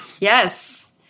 Yes